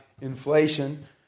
inflation